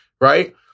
Right